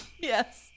Yes